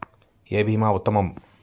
ఏ భీమా ఉత్తమము?